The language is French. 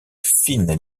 fines